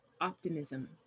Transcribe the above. optimism